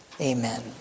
amen